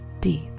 deep